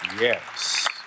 Yes